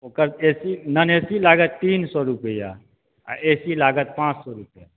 ओकर AC non AC लागत तीन सए रूपैआ आ एसी लागत पाँच सए रूपैआ